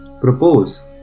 propose